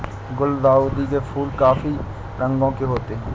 गुलाउदी के फूल काफी रंगों के होते हैं